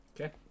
Okay